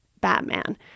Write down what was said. Batman